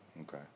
Okay